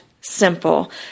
simple